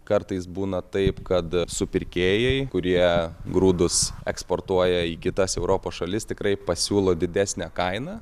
kartais būna taip kad supirkėjai kurie grūdus eksportuoja į kitas europos šalis tikrai pasiūlo didesnę kainą